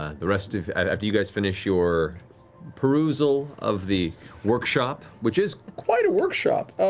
ah the rest of after you guys finish your perusal of the workshop, which is quite a workshop,